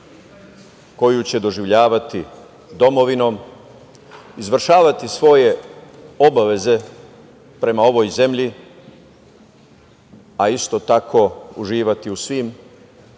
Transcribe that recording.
koju će doživljavati domovinom, izvršavati svoje obaveze prema ovoj zemlji, a isto tako, uživati u svim